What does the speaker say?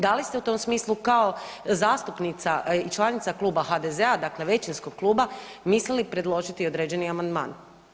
Da li ste u tom smislu kao zastupnica i članica kluba HDZ-a, dakle većinskog kluba mislili predložiti određeni amandman?